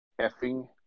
effing